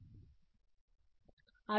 com